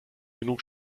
genug